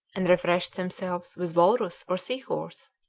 and refreshed themselves with walrus or sea-horse,